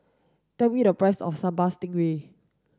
tell me the price of Sambal Stingray